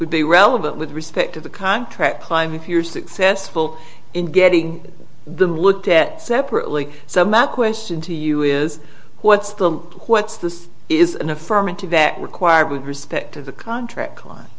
would be relevant with respect to the contract climb if you're successful in getting the looked at separately so matt question to you is what's the what's this is an affirmative that required with respect to the contract cl